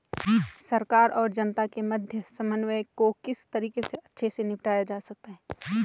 सरकार और जनता के मध्य समन्वय को किस तरीके से अच्छे से निपटाया जा सकता है?